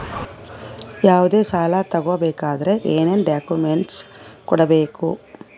ಯಾವುದೇ ಸಾಲ ತಗೊ ಬೇಕಾದ್ರೆ ಏನೇನ್ ಡಾಕ್ಯೂಮೆಂಟ್ಸ್ ಕೊಡಬೇಕು?